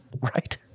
right